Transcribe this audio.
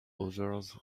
others